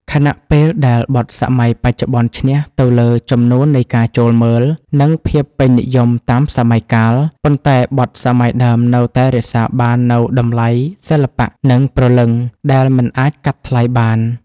ខណៈពេលដែលបទសម័យបច្ចុប្បន្នឈ្នះទៅលើ ចំនួននៃការចូលមើល និង ភាពពេញនិយមតាមសម័យកាល ប៉ុន្តែបទសម័យដើមនៅតែរក្សាបាននូវ តម្លៃសិល្បៈនិងព្រលឹង ដែលមិនអាចកាត់ថ្លៃបាន។